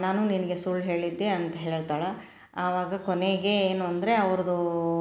ನಾನೂ ನಿನಗೆ ಸುಳ್ಳು ಹೇಳಿದ್ದೆ ಅಂತ ಹೇಳ್ತಾಳೆ ಆವಾಗ ಕೊನೆಗೆ ಏನು ಅಂದರೆ ಅವ್ರದ್ದು